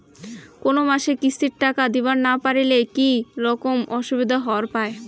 কোনো মাসে কিস্তির টাকা দিবার না পারিলে কি রকম অসুবিধা হবার পায়?